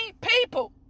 people